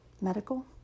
medical